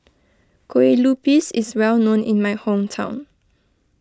Kue Lupis is well known in my hometown